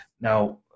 Now